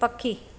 पखी